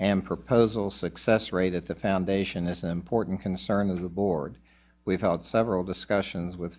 and proposal success rate at the foundation is an important concern of the board we've had several discussions with